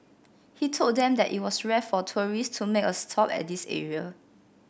he told them that it was rare for tourists to make a stop at this area